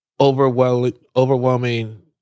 overwhelming